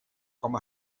com